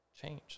change